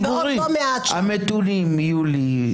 המתונים יולי,